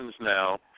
now